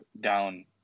down